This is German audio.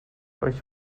euch